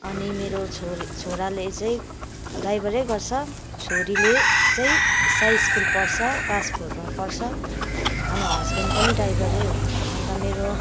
अनि मेरो छोरी छोराले चाहिँ ड्राइभरै गर्छ छोरीले चाहिँ साई स्कूल पढ्छ क्लास फोरमा पढ्छ अनि हस्बेन्ड पनि ड्राइभरै हो अन्त मेरो